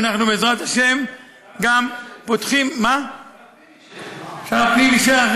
ואנחנו בעזרת השם גם פותחים, שר הפנים אישר.